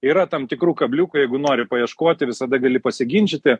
yra tam tikrų kabliukų jeigu nori paieškoti visada gali pasiginčyti